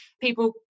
people